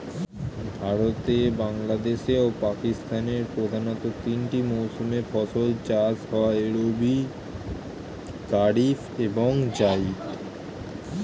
ভারতে, বাংলাদেশ ও পাকিস্তানের প্রধানতঃ তিনটি মৌসুমে ফসল চাষ হয় রবি, কারিফ এবং জাইদ